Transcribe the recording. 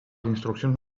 instruccions